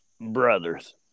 brothers